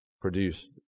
produce